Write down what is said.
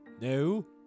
No